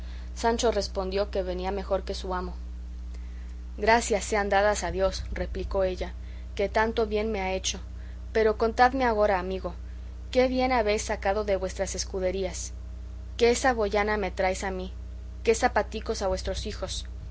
sancho respondió que venía mejor que su amo gracias sean dadas a dios replicó ella que tanto bien me ha hecho pero contadme agora amigo qué bien habéis sacado de vuestras escuderías qué saboyana me traes a mí qué zapaticos a vuestros hijos